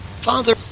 Father